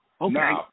Okay